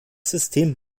system